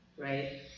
Right